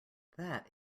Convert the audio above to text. that